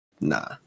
nah